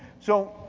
so,